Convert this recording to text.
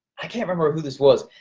i can't remember who this was.